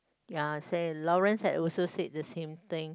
ya say Lawrence had also said the same thing